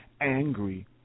angry